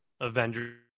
avengers